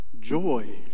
joy